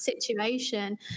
situation